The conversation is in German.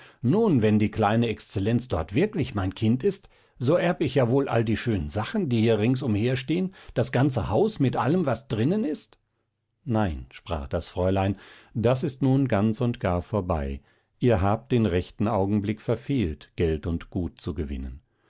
nun wenn die kleine exzellenz dort wirklich mein kind ist so erb ich ja wohl all die schönen sachen die hier rings umherstehen das ganze haus mit allem was drinnen ist nein sprach das fräulein das ist nun ganz und gar vorbei ihr habt den rechten augenblick verfehlt geld und gut zu gewinnen